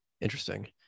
Interesting